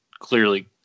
Clearly